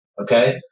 Okay